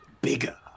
bigger